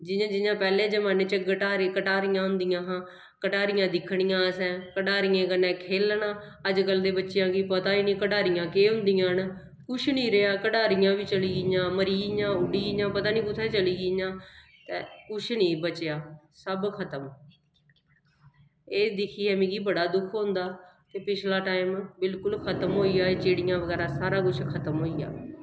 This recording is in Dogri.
जियां जियां पैह्लें जमान्ने च गटारी घटारियां होंदियां हां घटैरियां दिक्खनियां असें गटारियें कन्नै खेलना अज्ज कल दे बच्चेआं गी पता गै निं घटारियां केह् होंदियां न कुछ निं रेहा घटारियां बी चली गेइयां मरी गेइयां उड्डी गेइयां पता निं कुत्थें चली गेइयां ते कुछ निं बचेआ सब खतम एह् दिक्खियै मिगी बड़ा दुख होंदा ते पिछला टाइम बिलकुल खतम होई गेआ एह् चिड़ियां बगैरा सारा कुछ खतम होई गेआ